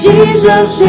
Jesus